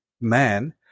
man